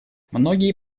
многие